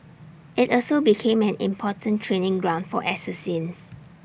IT also became an important training ground for assassins